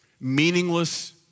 meaningless